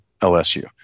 LSU